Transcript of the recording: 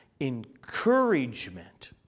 encouragement